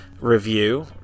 review